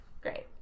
Great